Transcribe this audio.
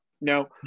No